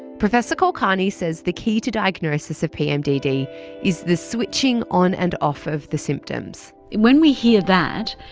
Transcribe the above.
professor kulkarni says the key to diagnosis of pmdd is the switching on and off of the symptoms. when we hear that,